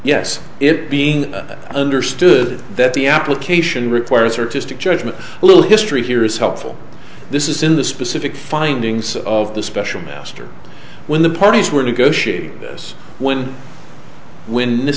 yes it being understood that the application requires or just a judgment a little history here is helpful this is in the specific findings of the special master when the parties were negotiating this when when